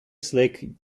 slick